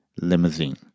limousine